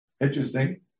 Interesting